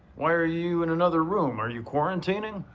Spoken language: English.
why are you in another room? are you quarantining?